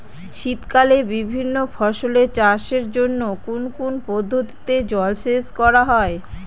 শীতকালে বিভিন্ন ফসলের চাষের জন্য কোন কোন পদ্ধতিতে জলসেচ করা হয়?